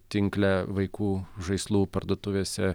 tinkle vaikų žaislų parduotuvėse